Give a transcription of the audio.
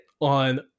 on